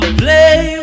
play